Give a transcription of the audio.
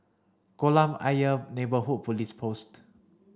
Kolam Ayer Neighbourhood Police Post